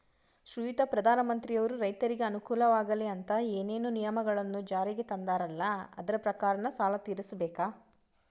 ಶ್ರೀಯುತ ಪ್ರಧಾನಮಂತ್ರಿಯವರು ರೈತರಿಗೆ ಅನುಕೂಲವಾಗಲಿ ಅಂತ ಏನೇನು ನಿಯಮಗಳನ್ನು ಜಾರಿಗೆ ತಂದಾರಲ್ಲ ಅದರ ಪ್ರಕಾರನ ಸಾಲ ತೀರಿಸಬೇಕಾ?